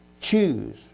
choose